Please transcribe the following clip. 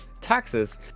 taxes